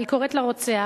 היא קוראת לרוצח,